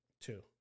Two